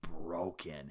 broken